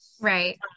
Right